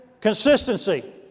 consistency